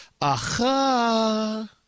Aha